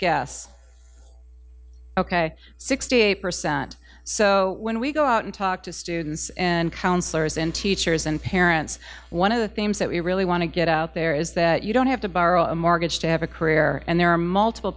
eight percent so when we go out and talk to students and counselors and teachers and parents one of the themes that we really want to get out there is that you don't have to borrow a mortgage to have a career and there are multiple